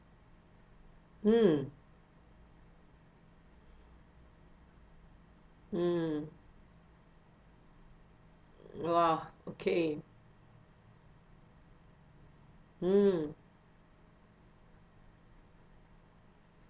mm mm !wah! okay mm